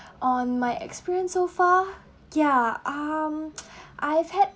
on my experience so far yeah um I've had